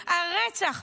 הרצח,